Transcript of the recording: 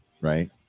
right